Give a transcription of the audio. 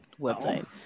website